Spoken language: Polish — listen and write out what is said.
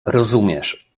rozumiesz